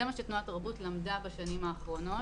זה מה שתנועת תרבות למדה בשנים האחרונות,